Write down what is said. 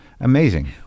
amazing